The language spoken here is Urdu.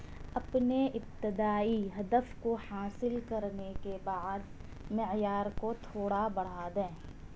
اپنے ابتدائی ہدف کو حاصل کرنے کے بعد معیار کو تھوڑا بڑھا دیں